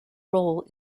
role